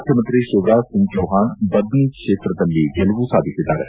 ಮುಖ್ಚಮಂತ್ರಿ ಶಿವರಾಜ್ ಸಿಂಗ್ ಚೌವ್ವಾಣ್ ಬದ್ನಿ ಕ್ಷೇತ್ರದಲ್ಲಿ ಗೆಲುವು ಸಾಧಿಸಿದ್ದಾರೆ